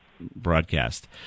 broadcast